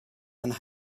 and